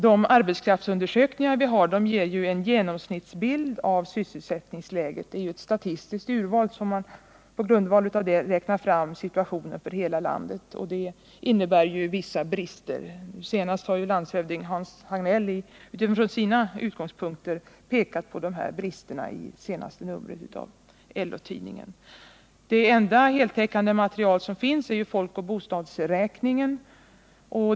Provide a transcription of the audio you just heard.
De arbetskraftsundersökningar som gjorts ger en genomsnittsbild av sysselsättningsläget. På basis av ett statistiskt urval räknar man fram värden för hela landet, vilket innebär vissa brister. Landshövding Hans Hagnell har i senaste numret av LO-tidningen utifrån sina utgångspunkter pekat på dessa brister. Det enda heltäckande material som finns är folkoch bostadsräkningen.